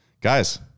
Guys